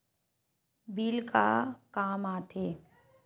Bill का काम आ थे?